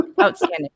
Outstanding